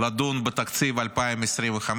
לדון בתקציב 2025,